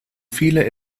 viele